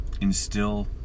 instill